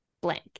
blank